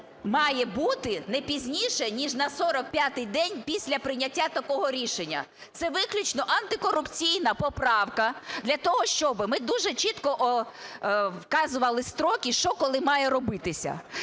має бути не пізніше, ніж на 45 день після прийняття такого рішення. Це виключно антикорупційна поправка, для того, щоб ми дуже чітко вказували строки, що коли має робитися.